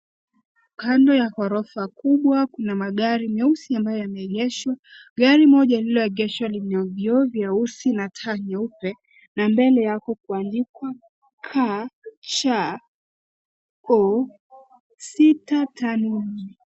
Kando ya gorofa kubwa kuna magari meusi ambayo yameengeshwa, gari moja jeusi ilioengeshwa lenye vioo vyeusi na taa nyeupe na mbele yake kuandikwa.